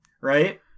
right